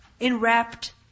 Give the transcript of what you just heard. Enwrapped